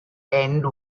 end